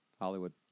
Hollywood